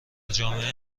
جامعه